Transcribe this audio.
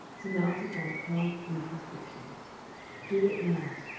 surmounted by a carved wood inscription do it now.